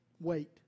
Wait